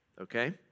okay